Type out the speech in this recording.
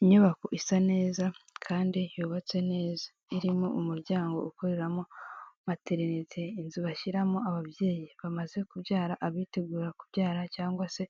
Inyubako isa neza kandi yubatse neza irimo umuryango ukoreramo batereretse inzu bashyiramo ababyeyi bamaze kubyara abitegura kubyara cyangwa se